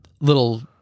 little